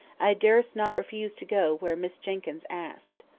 i durst not refuse to go where miss jenkyns asked.